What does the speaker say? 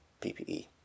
PPE